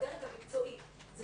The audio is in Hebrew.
לא